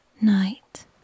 Night